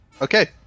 Okay